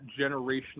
generational